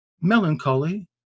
Melancholy